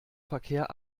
verkehr